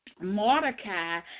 Mordecai